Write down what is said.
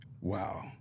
Wow